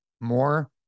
more